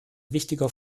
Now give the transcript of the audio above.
wichtiger